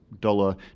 dollar